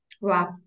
wow